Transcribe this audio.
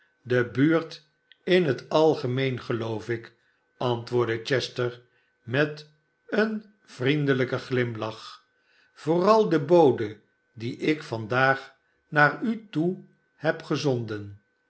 de buurt in het algemeen geloof ik antwoordde chester met een vriendelijken ghmlach vooral de bode dien ik vandaag naar u toe heb gezonden